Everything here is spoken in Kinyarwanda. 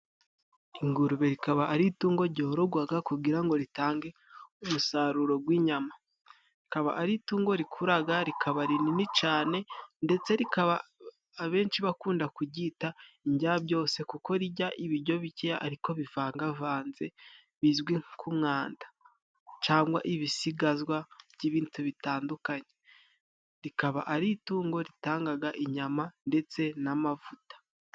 Ingurube rikaba ari itungo ryorogwaga kugira ngo ritange umusaruro gw'inyama. Rikaba ari itungo rikuraga rikaba rinini cyane ndetse rikaba abenshi bakunda kuryita indyabyose, kuko rirya ibiryo bikeya ariko bivangavanze bizwi nk'umwanda cyangwa ibisigazwa by'ibiti bitandukanye. rikaba ari itungo ritangaga inyama ndetse n'amavuta.